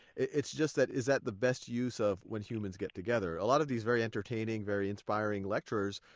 it's just that is that the best use of when humans get together? a lot of these very entertaining, very inspiring lectures.